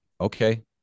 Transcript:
Okay